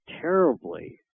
terribly